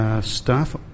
Staff